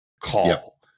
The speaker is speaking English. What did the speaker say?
call